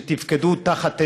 שתפקדו תחת אש,